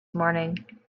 morning